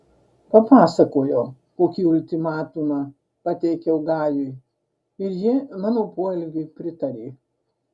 papasakojau kokį ultimatumą pateikiau gajui ir ji mano poelgiui pritarė